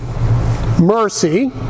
Mercy